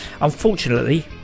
Unfortunately